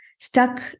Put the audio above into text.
stuck